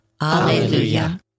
Alleluia